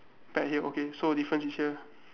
bet here okay so difference is here